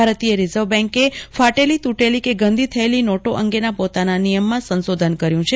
ભારતીય રિઝર્વ બેંકે ફાટેલી તૂટેલી કે ગંદી થયેલી નોટોઅંગે પોતાના નિયમમાં સંશોધન કર્યું છે